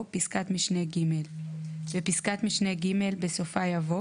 "פסקת משנה (ג)"; בפסקת משנה (ג) בסופה יבוא: